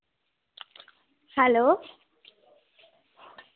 hello